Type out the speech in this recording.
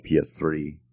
PS3